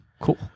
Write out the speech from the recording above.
Cool